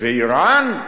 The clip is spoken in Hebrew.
ואירן?